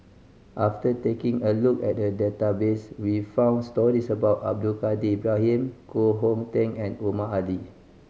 after taking a look at the database we found stories about Abdul Kadir Ibrahim Koh Hong Teng and Omar Ali